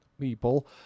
people